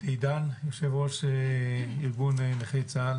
לעידן, יושב-ראש ארגון נכי צה"ל.